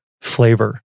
flavor